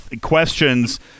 questions